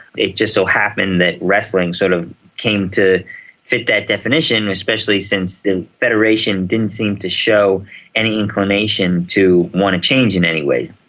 it just so happened that wrestling sort of came to fit that definition, especially since the federation didn't seem to show any inclination to want to change in any ways.